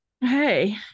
hey